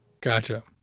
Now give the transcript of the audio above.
Gotcha